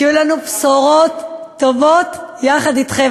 שיהיו לנו בשורות טובות יחד אתכם,